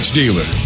dealer